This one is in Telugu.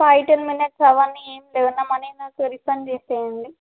ఫైవ్ టెన్ మినిట్స్ అవన్నీ ఏమి లేవు నా మనీ నాకు రిఫండ్ చేయండి